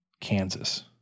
Kansas